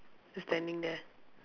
just standing there